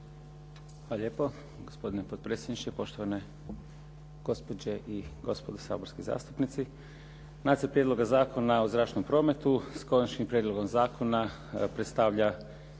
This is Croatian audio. Hvala lijepo gospodine potpredsjedniče, poštovane gospođe i gospodo saborski zastupnici. Nacrt prijedloga zakona o zračnom prometu s Konačnim prijedlogom zakona predstavlja